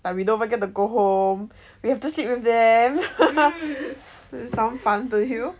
but we don't even get to go home we have to sleep with them sound fun to you